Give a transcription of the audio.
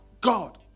God